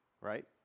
Right